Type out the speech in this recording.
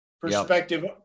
perspective